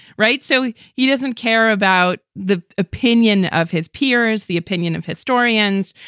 right. so he doesn't care about the opinion of his peers. the opinion of historians.